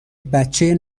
بچه